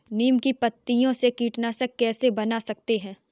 नीम की पत्तियों से कीटनाशक कैसे बना सकते हैं?